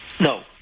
no